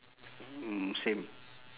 mm same